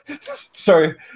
Sorry